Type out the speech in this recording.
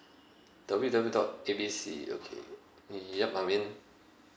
W_W dot A B C okay yup I'm in